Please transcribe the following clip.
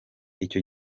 icyo